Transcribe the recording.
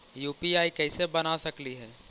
UPI कैसे बना सकली हे?